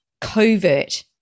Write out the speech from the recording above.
covert